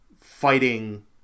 fighting